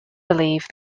believe